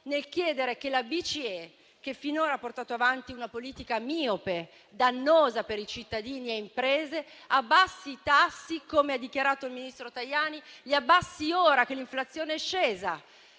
nel chiedere che la BCE, che finora ha portato avanti una politica miope, dannosa per cittadini e imprese, abbassi i tassi - come ha dichiarato il ministro Tajani - e li abbassi ora che l'inflazione è scesa: